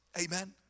Amen